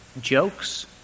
jokes